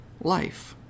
life